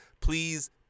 please